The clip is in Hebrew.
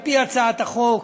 על-פי הצעת החוק,